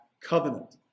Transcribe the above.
covenant